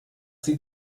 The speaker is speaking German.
sie